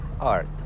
art